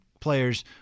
players